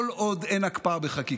כל עוד אין הקפאה בחקיקה,